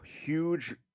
huge